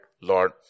Lord